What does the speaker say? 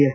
S